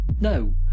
No